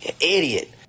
Idiot